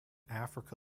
africa